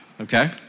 Okay